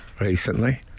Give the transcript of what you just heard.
recently